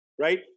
right